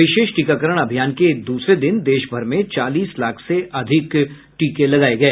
विशेष टीकाकरण अभियान के दूसरे दिन देशभर में चालीस लाख से अधिक टीके लगाए गए